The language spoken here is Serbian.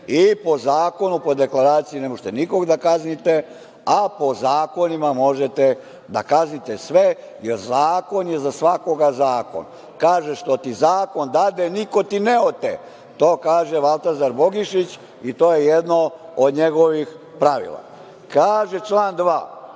i po zakonu, po deklaraciji, ne možete nikog da kaznite, a po zakonima možete da kaznite sve, jer, zakon je za svakog zakon. Kažeš - što ti zakon dade, niko ti ne ote. To kaže Valtazar Bogišić i to je jedno od njegovih pravila. Kaže član 2.